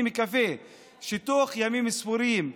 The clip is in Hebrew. אני מקווה שתוך ימים ספורים,